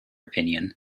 opinion